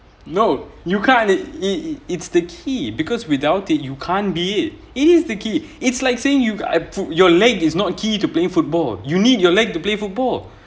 no you can't it it it's the key because without it you can't be it it is the key it's like saying you I put your leg is not key to playing football you need your leg to play football